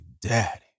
daddy